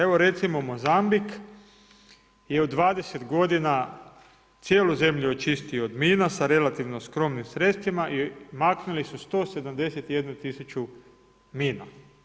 Evo recimo Mozambik je u 20 godina cijelu zemlju očistio od mina sa relativno skromnim sredstvima i maknuli su 171.000 mina.